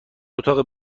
اتاقی